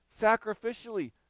sacrificially